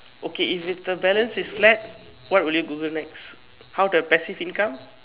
okay if it's the balance is flat what will you Google next how to have the passive income